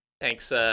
Thanks